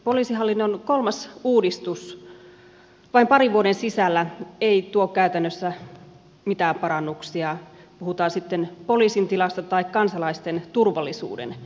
poliisihallinnon kolmas uudistus vain parin vuoden sisällä ei tuo käytännössä mitään parannuksia puhutaan sitten poliisin tilasta tai kansalaisten turvallisuuden nykytilasta